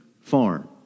farm